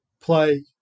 play